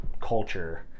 culture